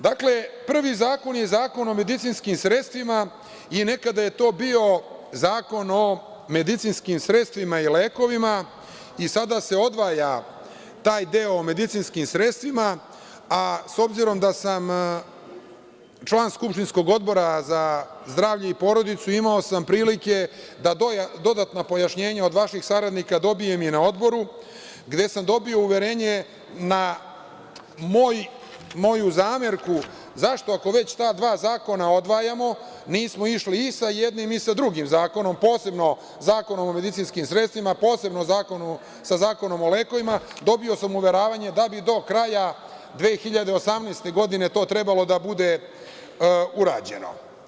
Dakle, prvi zakon je Zakon o medicinskim sredstvima i nekada je to bio Zakon o medicinskim sredstvima i lekovima i sada se odvaja taj deo medicinskim sredstvima, a s obzirom da sam član skupštinskog Odbra za zdravlje i porodicu, imao sam prilike da dodatno pojašnjenje od vaših saradnika dobijem i na Odboru, gde sam dobio uverenje na moju zamerku, zašto, ako već ta dva zakona odvajamo nismo išli i sa jednim i sa drugim zakonom, posebno Zakonom o medicinskim sredstvima, a posebno sa Zakonom o lekovima, dobio sam uveravanje da bi do kraja 2018. godine to trebalo da bude urađeno.